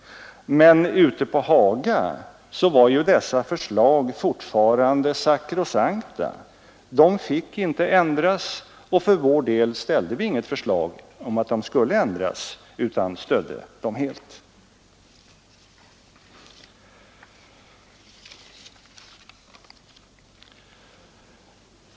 Men ute på Haga var ju dessa förslag fortfarande sakrosankta. De fick inte ändras, och för vår del framställde vi inget förslag om att de skulle ändras utan stödde dem helt.